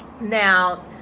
now